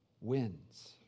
wins